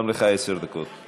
גם לך עשר דקות.